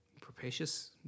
propitious